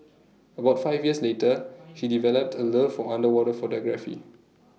about five years later he developed A love for underwater photography